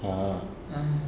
uh